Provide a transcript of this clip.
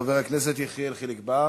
אני מבקש להזמין את חבר הכנסת יחיאל חיליק בר.